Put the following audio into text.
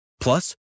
Plus